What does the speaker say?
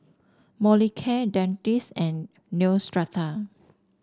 Molicare Dentiste and Neostrata